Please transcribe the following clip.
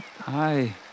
Hi